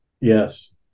Yes